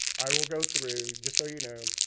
i will go through. just so you know,